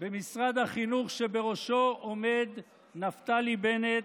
במשרד החינוך, שבראשו עומד נפתלי בנט,